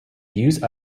use